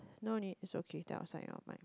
no need it's okay then I'll sign out of mine